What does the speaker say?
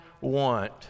want